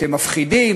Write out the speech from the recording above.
אתם מפחידים,